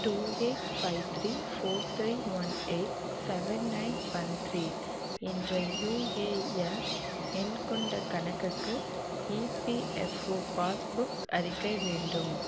two eight five three four three one eight seven nine one three என்ற UAN எண் கொண்ட கணக்குக்கு EPFO passbook அறிக்கை வேண்டும்